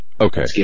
Okay